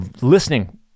listening